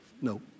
No